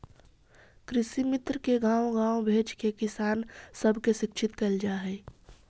कृषिमित्र के गाँव गाँव भेजके किसान सब के शिक्षित कैल जा हई